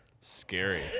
Scary